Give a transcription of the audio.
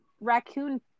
raccoon